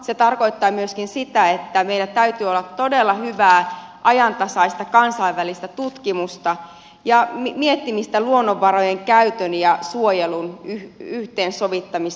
se tarkoittaa sitä että meillä täytyy olla todella hyvää ajantasaista kansainvälistä tutkimusta ja miettimistä luonnonvarojen käytön ja suojelun yhteensovittamisesta myöskin